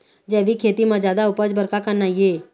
जैविक खेती म जादा उपज बर का करना ये?